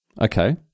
Okay